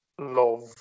love